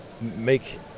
make